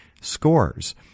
scores